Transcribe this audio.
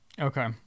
Okay